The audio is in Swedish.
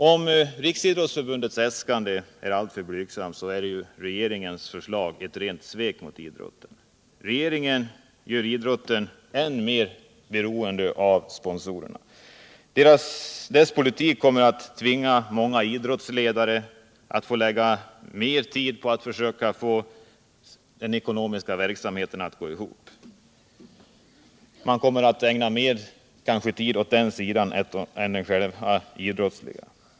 Om Riksidrottsförbundets äskande är alltför blygsamt, är regeringens förslag ett rent svek mot idrotten. Regeringen gör idrotten än mer beroende av sponsorerna. Dess politik kommer att tvinga många idrottsledare att lägga ner mer tid på att försöka få den ekonomiska verksamheten att gå ihop. Man kommer kanske att ägna mer tid åt den saken än åt själva idrotten.